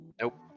Nope